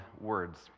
words